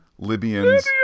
libyans